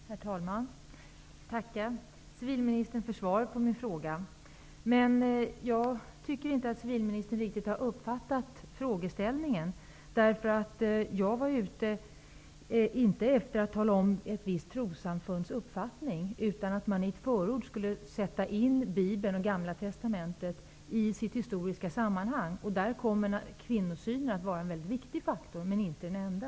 Herr talman! Jag tackar civilministern för svaret på min fråga. Man jag tycker att civilministern inte riktigt har uppfattat frågeställningen. Jag var inte ute efter att tala om ett visst trossamfunds uppfattning, utan jag ville att man i ett förord skulle sätta in Bibeln och Gamla Testamentet i sitt historiska sammanhang. Där kommer kvinnosynen att vara en väldigt viktig faktor men inte den enda.